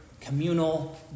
communal